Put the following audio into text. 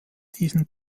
diesen